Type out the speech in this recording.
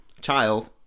Child